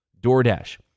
DoorDash